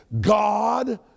God